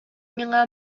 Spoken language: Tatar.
миңа